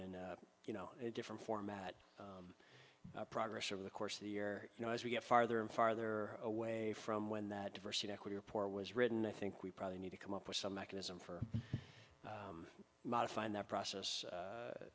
and you know a different format progress over the course of the year you know as we get farther and farther away from when that diversity equity report was written i think we probably need to come up with some mechanism for modifying that process